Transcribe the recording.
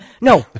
No